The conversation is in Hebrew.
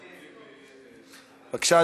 בבקשה,